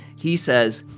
he says,